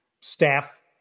Staff